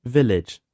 Village